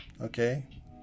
Okay